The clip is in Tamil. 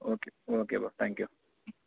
okay okay bro thank you ம்